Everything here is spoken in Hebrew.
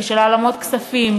של העלמות כספים,